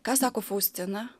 ką sako faustina